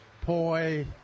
Poi